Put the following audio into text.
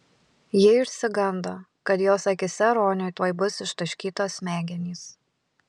ji išsigando kad jos akyse roniui tuoj bus ištaškytos smegenys